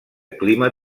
clima